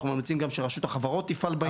אנחנו ממליצים שגם רשות החברות הממשלתית תפעל בעניין.